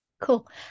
Cool